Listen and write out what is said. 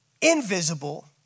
invisible